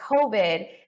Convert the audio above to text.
COVID